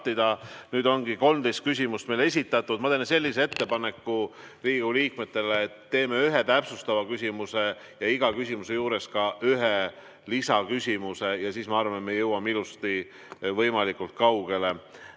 Meile ongi 13 küsimust esitatud ja ma teen sellise ettepaneku Riigikogu liikmetele, et teeme ühe täpsustava küsimuse ja iga küsimuse juures ka ühe lisaküsimuse. Siis, ma arvan, me jõuame ilusti võimalikult kaugele.